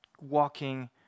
walking